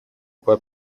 kuba